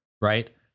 right